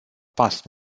pas